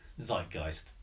zeitgeist